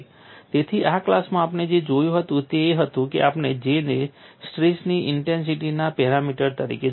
તેથી આ ક્લાસમાં આપણે જે જોયું હતું તે એ હતું કે આપણે J ને સ્ટ્રેસની ઇન્ટેન્સિટીના પેરામીટર તરીકે જોયું હતું